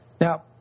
Now